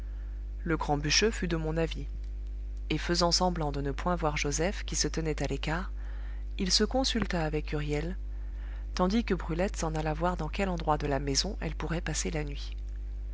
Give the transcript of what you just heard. le grand bûcheux fut de mon avis et faisant semblant de ne point voir joseph qui se tenait à l'écart il se consulta avec huriel tandis que brulette s'en alla voir dans quel endroit de la maison elle pourrait passer la nuit